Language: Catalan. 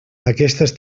aquestes